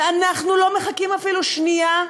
ואנחנו לא מחכים אפילו שנייה,